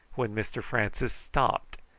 when mr francis stopped,